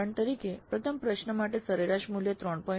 ઉદાહરણ તરીકે પ્રથમ પ્રશ્ન માટે સરેરાશ મૂલ્ય 3